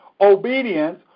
obedience